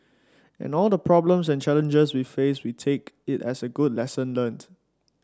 and all the problems and challenges we face we take it as a good lesson learnt